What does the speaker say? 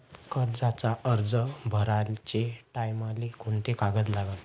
कर्जाचा अर्ज भराचे टायमाले कोंते कागद लागन?